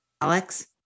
Alex